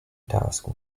task